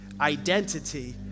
identity